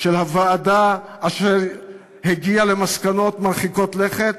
של הוועדה אשר הגיעה למסקנות מרחיקות לכת.